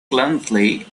clumsily